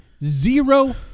Zero